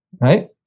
right